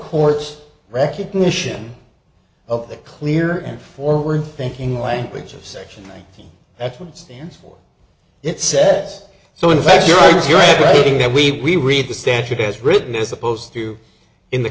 court's recognition of the clear and forward thinking language of section i think that's what it stands for it sets so in fact your use your writing that we read the statute as written as opposed to in the